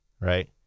right